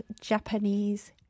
Japanese